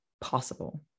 possible